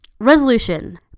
Resolution